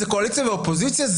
קואליציה ואופוזיציה?